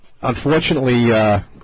unfortunately